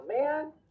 man